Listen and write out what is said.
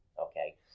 okay